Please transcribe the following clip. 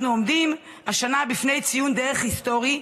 אנחנו עומדים השנה בפני ציון דרך היסטורי: